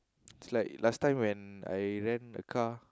it's like last time when I rent a car